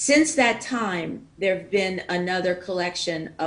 מאז אותו הזמן התהווה אוסף נוסף של,